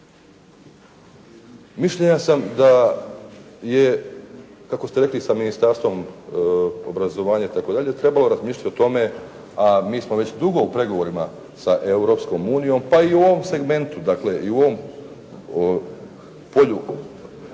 Mišljenja sam da je kako ste rekli sa Ministarstvom obrazovanja itd. trebalo razmišljati o tome, a mi smo već dugo u pregovorima sa Europskom unijom, pa i u ovom segmentu, dakle i u ovom polju u